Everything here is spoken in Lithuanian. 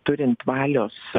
turint valios